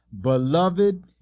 beloved